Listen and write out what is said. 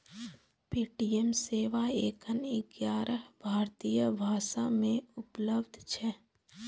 Paytm सेवा एखन ग्यारह भारतीय भाषा मे उपलब्ध छै